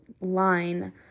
line